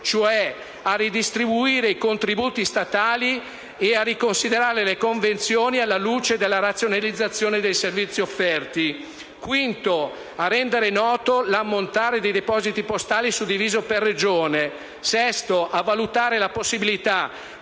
dire ridistribuire i contributi statali e riconsiderare le convenzioni alla luce della razionalizzazione dei servizi offerti; 5) rendere noto l'ammontare dei depositi postali suddivisi per Regione; 6) valutare la possibilità